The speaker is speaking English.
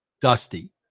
Dusty